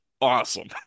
awesome